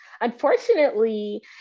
Unfortunately